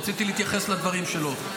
רציתי להתייחס לדברים שלו.